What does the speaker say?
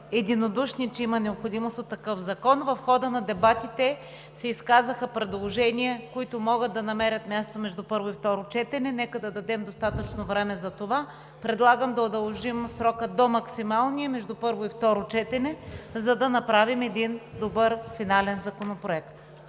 единодушни, че има необходимост от такъв закон. В хода на дебатите се изказаха предложения, които могат да намерят място между първо и второ четене, нека да дадем достатъчно време за това. Предлагам да удължим срока до максималния между първо и второ четене, за да направим един добър финален законопроект.